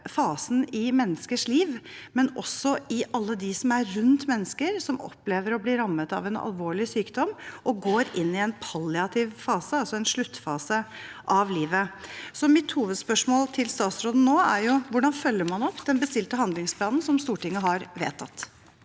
fasen i menneskers liv, men også for alle dem som er rundt mennesker som opplever å bli rammet av en alvorlig sykdom, og som går inn i en palliativ fase, altså en sluttfase av livet. Mitt hovedspørsmål til statsråden er: Hvordan følger man opp den bestilte handlingsplanen som Stortinget har vedtatt?